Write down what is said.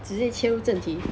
直接切入正题